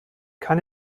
kann